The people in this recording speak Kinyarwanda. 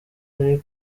ari